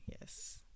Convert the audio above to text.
Yes